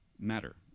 matter